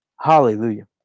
Hallelujah